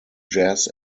jazz